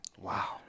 Wow